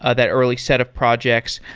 ah that early set of projects.